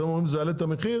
אתם אומרים זה יעלה את המחיר,